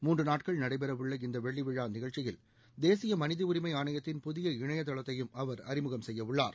மூன்று நாட்கள் நடைபெறவுள்ள இந்த வெள்ளி விழா நிகழ்ச்சியில் தேசிய மனித உரிமை ஆணையத்தின் புதிய இணையதளத்தையும் அவர் அறிமுகம் செய்யவுள்ளார்